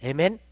Amen